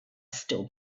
still